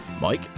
Mike